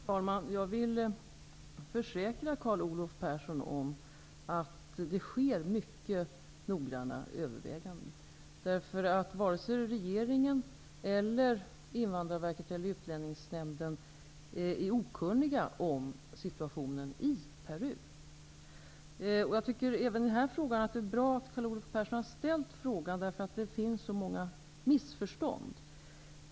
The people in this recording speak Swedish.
Herr talman! Jag kan försäkra Carl Olov Persson om att det görs mycket noggranna överväganden. Varken regeringen, Invandrarverket eller Utlänningsnämnden är okunniga om situationen i Peru. Jag tycker att det är bra att Carl Olov Persson har ställt även denna fråga, eftersom det finns så många missförstånd.